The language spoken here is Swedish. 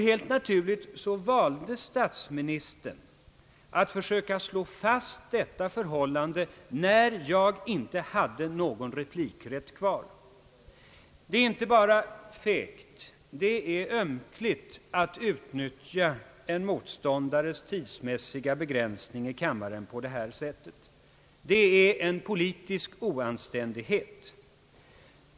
Helt naturligt valde statsministern att försöka slå fast detta förhållande, när jag inte hade någon replikrätt kvar. Det är inte bara fegt, det är ömkligt att utnyttja det förhållandet att en motståndare har begränsad tid till förfogande. Det är en politisk oanständighet.